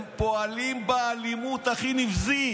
הם פועלים באלימות הכי נבזית.